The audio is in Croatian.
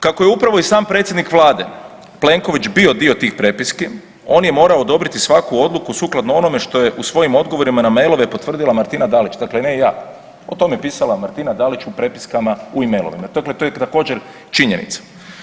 Kako je upravo i sam predsjednik vlade Plenković bio dio tih prepiski on je morao odobriti svaku odluku sukladno onome što je u svojim odgovorima na mailove potvrdila Martina Dalić, dakle ne ja, o tome je pisala Martina Dalić u prepiskama u e-mailovima, dakle to je također činjenica.